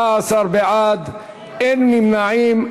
17 בעד, אין נמנעים.